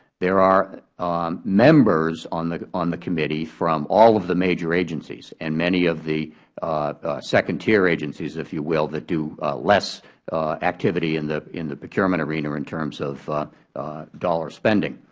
there are members on the on the committee from all of the major agencies and many of the second tier agencies, if you will, that do less activity in the in the procurement arena in terms of dollar spending.